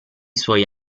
suoi